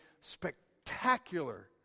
spectacular